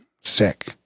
sick